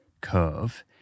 curve